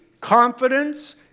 confidence